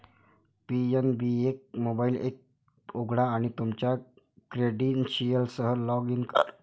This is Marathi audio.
पी.एन.बी एक मोबाइल एप उघडा आणि तुमच्या क्रेडेन्शियल्ससह लॉग इन करा